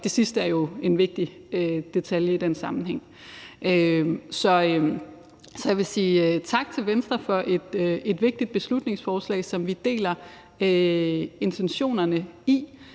Det sidste er jo en vigtig detalje i den sammenhæng. Så jeg vil sige tak til Venstre for et vigtigt beslutningsforslag, som vi deler intentionerne i.